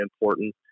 important